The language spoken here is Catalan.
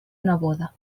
neboda